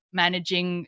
managing